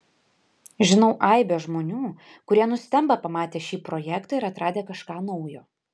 žinau aibę žmonių kurie nustemba pamatę šį projektą ir atradę kažką naujo